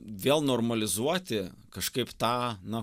vėl normalizuoti kažkaip tą na